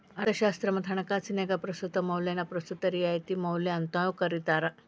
ಅರ್ಥಶಾಸ್ತ್ರ ಮತ್ತ ಹಣಕಾಸಿನ್ಯಾಗ ಪ್ರಸ್ತುತ ಮೌಲ್ಯನ ಪ್ರಸ್ತುತ ರಿಯಾಯಿತಿ ಮೌಲ್ಯ ಅಂತೂ ಕರಿತಾರ